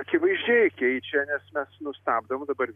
akivaizdžiai keičia nes mes nu stabdom dabar